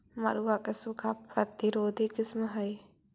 मड़ुआ के सूखा प्रतिरोधी किस्म हई?